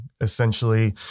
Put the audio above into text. essentially